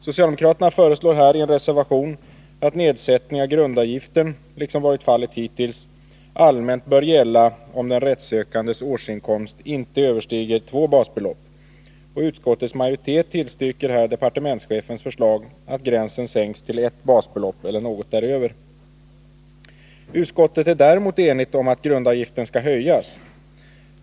Socialdemokraterna föreslår här i en reservation att nedsättning av grundavgiften, liksom hittills varit fallet, allmänt bör gälla, om den rättssökandes årsinkomst inte överstiger två basbelopp. Utskottets majoritet tillstyrker här departementschefens förslag att gränsen bör sänkas till ett basbelopp eller något däröver. Utskottet är däremot enigt om att grundavgiften skall höjas.